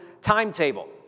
timetable